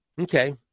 Okay